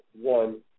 one